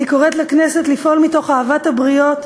אני קוראת לכנסת לפעול מתוך אהבת הבריות,